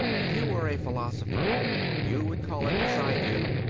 if you were a philosopher you would call it, as i do,